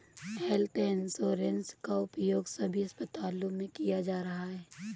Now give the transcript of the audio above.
health insurance का उपयोग सभी अस्पतालों में किया जा रहा है